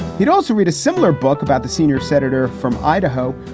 he'd also read a similar book about the senior senator from idaho.